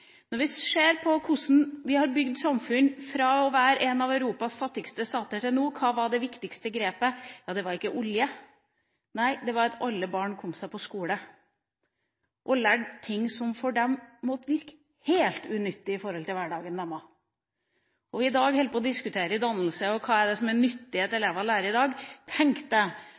Når vi ser på hvordan vi har bygd et samfunn fra å være en av Europas fattigste stater til nå – hva var det viktigste grepet? Det var ikke oljen. Nei, det var at alle barn kom seg på skolen og lærte ting som for dem må ha virket helt unyttig i hverdagen deres. I dag diskuterer vi dannelse og hva det er nyttig at elever lærer i dag. Tenk